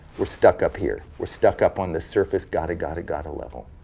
we're stuck up here, we're stuck up on the surface gotta gotta gotta level.